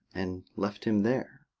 and left him there.